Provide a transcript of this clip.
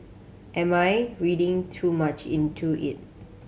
am I reading too much into it